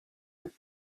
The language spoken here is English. him